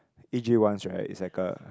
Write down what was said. A J ones right is like a